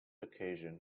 occasion